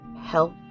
help